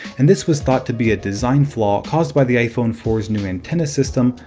and this was thought to be a design flaw caused by the iphone four s new antenna system.